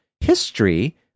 history